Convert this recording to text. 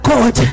God